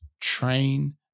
train